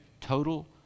Total